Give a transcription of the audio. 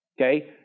Okay